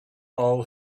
all